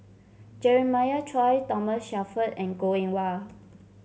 Jeremiah Choy Thomas Shelford and Goh Eng Wah